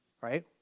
right